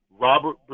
Robert